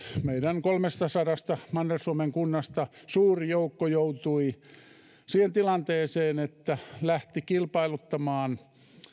meidän kolmestasadasta manner suomen kunnasta suuri joukko joutui siihen tilanteeseen että lähti kilpailuttamaan